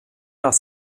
nach